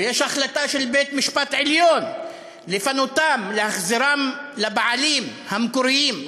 ויש החלטה של בית-המשפט העליון לפנותן ולהחזירן לבעלים המקוריים,